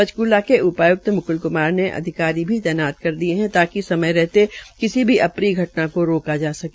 पचकूला के उपाय्क्त म्कूल क्मार ने अधिकारी भी तैनात कर दिये है ताकि समय रहते किसी भी अप्रिय घटना को रोका जा सके